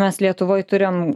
mes lietuvoj turim